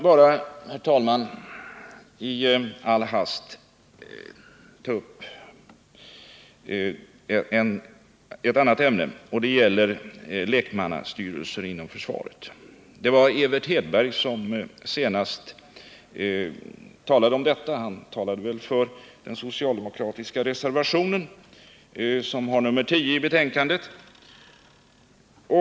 Jag vill i all hast ta upp ett annat ämne: lekmannastyrelser inom försvaret. Evert Hedberg talade senast om detta med anledning av den socialdemokratiska reservationen nr 10.